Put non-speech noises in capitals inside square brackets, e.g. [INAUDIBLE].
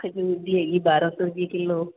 [UNINTELLIGIBLE] ਦੀ ਹੈਗੀ ਆ ਬਾਰ੍ਹਾਂ ਸੌ ਰੁਪਈਏ ਕਿਲੋ